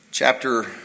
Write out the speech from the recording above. Chapter